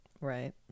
Right